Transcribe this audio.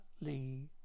Lee